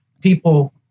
people